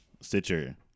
Stitcher